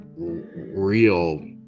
real